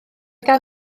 gan